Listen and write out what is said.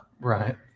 Right